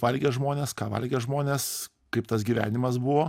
valgė žmonės ką valgė žmonės kaip tas gyvenimas buvo